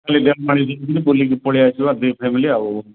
ଖାଲି ଦେଓମାଳି ଯାଇକିରି ବୁଲିକି ପଳାଇଆସିବା ଦୁଇ ଫ୍ୟାମିଲି ଆଉ